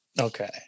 Okay